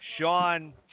Sean